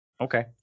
okay